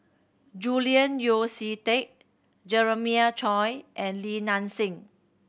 Julian Yeo See Teck Jeremiah Choy and Li Nanxing